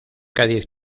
cádiz